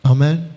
Amen